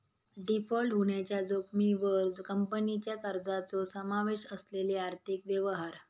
default होण्याच्या जोखमीवर कंपनीच्या कर्जाचो समावेश असलेले आर्थिक व्यवहार